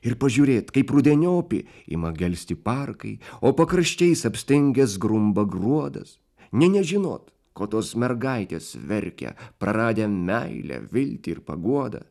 ir pažiūrėt kaip rudeniopi ima gelsti parkai o pakraščiais apstingęs grumba gruodas nė nežinot ko tos mergaitės verkia praradę meilę viltį ir paguodą